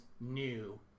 new